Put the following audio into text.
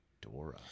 Dora